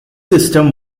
system